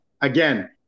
Again